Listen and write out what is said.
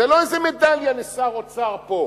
זו לא איזו מדליה לשר אוצר פה.